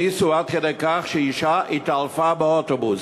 העמיסו עד כדי כך שאישה התעלפה באוטובוס.